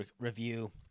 review